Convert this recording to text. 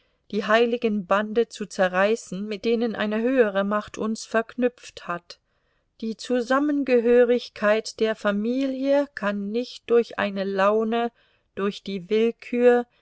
die heiligen bande zu zerreißen mit denen eine höhere macht uns verknüpft hat die zusammengehörigkeit der familie kann nicht durch eine laune durch die willkür